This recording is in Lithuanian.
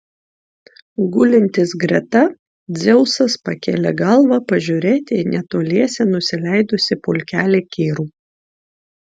gulintis greta dzeusas pakėlė galvą pažiūrėti į netoliese nusileidusį pulkelį kirų